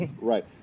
right